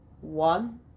one